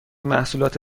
محصولات